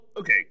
okay